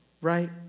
right